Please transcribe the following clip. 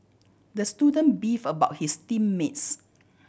the student beef about his team mates